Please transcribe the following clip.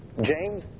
James